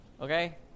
okay